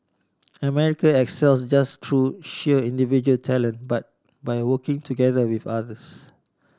America excels just through sheer individual talent but by working together with others